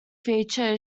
feature